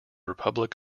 republic